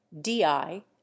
di